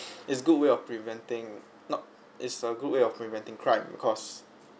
it's good way of preventing not is a good way of preventing crime because